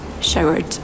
showered